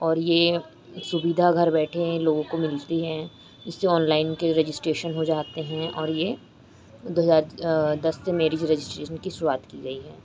और यह सुविधा घर बैठे लोगों को मिलती हैं इससे ऑनलाइन की रजिस्ट्रेशन हो जाता है और यह दो हज़ार दस से मेरिज रजिस्ट्रेशन की शुरुआत की गई है